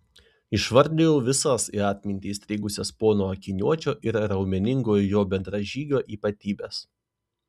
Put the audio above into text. išvardijau visas į atmintį įstrigusias pono akiniuočio ir raumeningojo jo bendražygio ypatybes